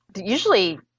Usually